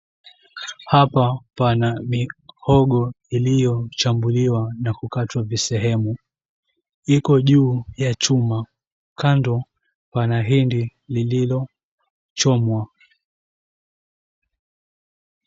Hapa pana mihogo iliyochambuliwa na kukatwa visehemu, Iko juu ya chuma. Kando pana hindi lililochomwa.